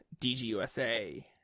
DGUSA